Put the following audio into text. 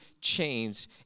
chains